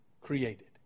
created